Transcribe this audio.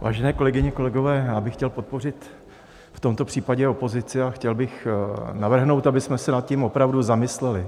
Vážené kolegyně, kolegové, já bych chtěl podpořit v tomto případě opozici a chtěl bych navrhnout, abychom se nad tím opravdu zamysleli.